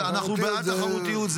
אנחנו בעד תחרותיות,